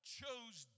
chose